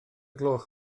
gloch